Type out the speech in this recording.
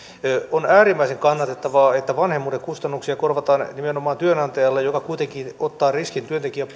on äärimmäisen kannatettavaa että vanhemmuuden kustannuksia korvataan nimenomaan työnantajalle joka kuitenkin ottaa riskin työntekijän